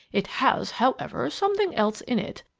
it has, however, something else in it,